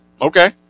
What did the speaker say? Okay